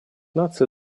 наций